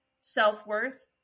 self-worth